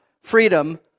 freedom